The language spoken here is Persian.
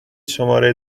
شماره